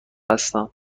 هستم